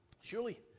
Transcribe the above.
surely